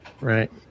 right